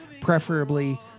preferably